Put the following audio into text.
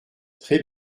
très